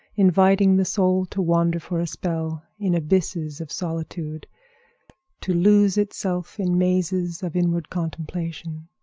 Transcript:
inviting the soul to wander for a spell in abysses of solitude to lose itself in mazes of inward contemplation.